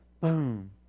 Boom